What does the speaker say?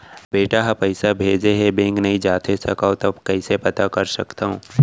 बेटा ह पइसा भेजे हे बैंक नई जाथे सकंव त कइसे पता कर सकथव?